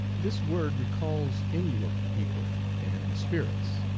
this word re calls in-noo-uk, people, and spirits,